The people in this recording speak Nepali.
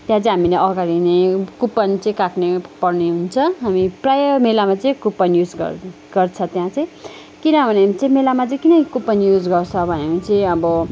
त्यहाँ चाहिँ हामीले अगाडि नै कुपन चाहिँ काट्नु पर्ने हुन्छ हामी प्रायः मेलामा चाहिँ कुपन युज गर्छ त्यहाँ चाहिँ किनभने चाहिँ मेलामा चाहिँ किन कुपन युज गर्छ भन्यो भने चाहिँ अब